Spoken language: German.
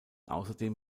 außerdem